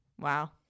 wow